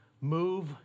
move